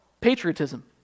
patriotism